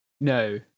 No